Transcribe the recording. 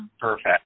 perfect